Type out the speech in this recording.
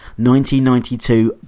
1992